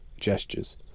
gestures